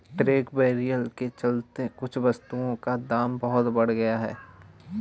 trade barrier के चलते कुछ वस्तुओं का दाम बहुत बढ़ गया है